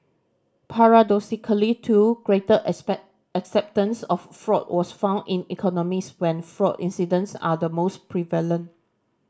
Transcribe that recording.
paradoxically too greater acceptance of fraud was found in economies when fraud incidents are the most prevalent